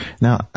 now